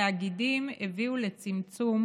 התאגידים הביאו לצמצום,